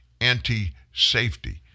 anti-safety